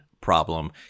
problem